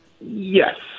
Yes